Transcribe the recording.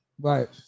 right